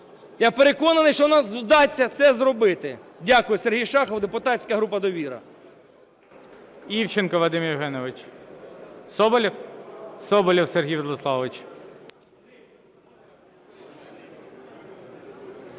Я переконаний, що нам вдасться це зробити. Дякую. Сергій Шахов, депутатська група "Довіра".